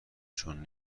چون